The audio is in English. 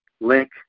link